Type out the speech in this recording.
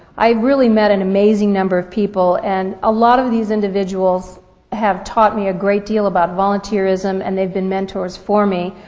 i've really met an amazing number of people, and a lot of these individuals have taught me a great deal about volunteerism and they've been mentors for me,